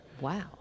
Wow